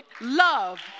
Love